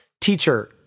teacher